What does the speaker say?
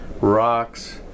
rocks